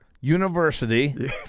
University